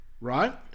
right